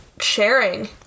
sharing